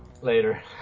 Later